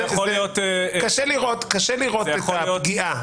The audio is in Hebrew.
קשה לראות את החשש מפגיעה.